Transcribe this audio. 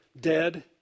dead